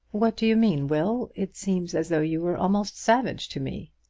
what do you mean, will? it seems as though you were almost savage to me.